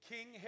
King